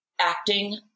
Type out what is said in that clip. acting